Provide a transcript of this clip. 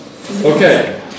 Okay